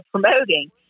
promoting